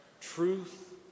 Truth